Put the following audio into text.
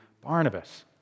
Barnabas